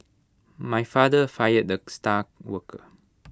my father fired the star worker